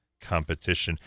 competition